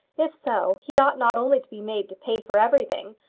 if so, he ought not only to be made to pay for everything,